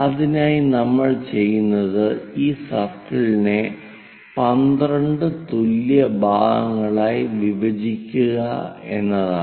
അതിനായി നമ്മൾ ചെയ്യുന്നത് ഈ സർക്കിളിനെ 12 തുല്യ ഭാഗങ്ങളായി വിഭജിക്കുക എന്നതാണ്